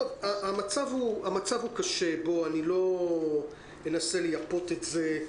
המצב קשה, אני לא אנסה ליפות את זה.